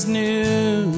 new